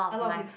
a lot of peop~